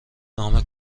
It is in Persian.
نام